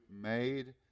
made